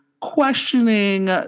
questioning